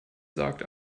sagt